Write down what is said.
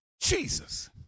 Jesus